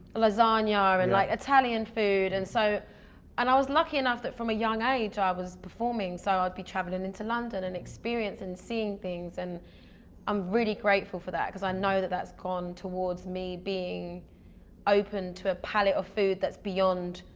lasagna or like italian food. and so and i was lucky enough that from a young age, i was performing. so, i'd be traveling into london and experience and seeing things and i'm really grateful for that cause i know that that's gone towards me being open to a pallette of food that's beyond,